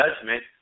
judgment